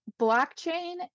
blockchain